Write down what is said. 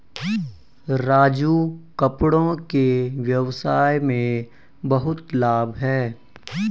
राजू कपड़ों के व्यवसाय में बहुत लाभ है